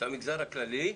למגזר הכללי,